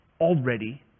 already